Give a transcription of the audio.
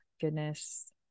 goodness